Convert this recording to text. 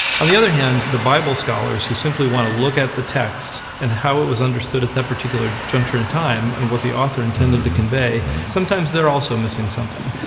on the other hand, the bible scholars who simply want to look at the text and how it was understood understood at that particular juncture in time and what the author intended to convey, sometimes they're also missing something.